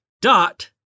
dot